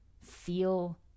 feel